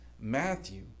Matthew